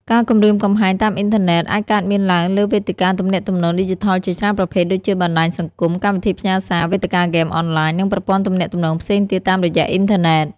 ការគំរាមកំហែងតាមអ៊ីនធឺណិតអាចកើតមានឡើងលើវេទិកាទំនាក់ទំនងឌីជីថលជាច្រើនប្រភេទដូចជា បណ្ដាញសង្គម កម្មវិធីផ្ញើសារ វេទិកាហ្គេមអនឡាញ និងប្រព័ន្ធទំនាក់ទំនងផ្សេងទៀតតាមរយៈអ៊ីនធឺណិត។